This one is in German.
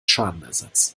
schadenersatz